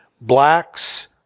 blacks